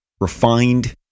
refined